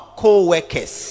co-workers